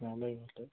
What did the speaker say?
ভালেই ভালেই